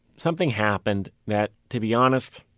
something happened that, to be honest,